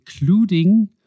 including